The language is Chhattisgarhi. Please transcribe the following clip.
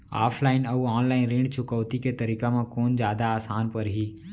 ऑफलाइन अऊ ऑनलाइन ऋण चुकौती के तरीका म कोन जादा आसान परही?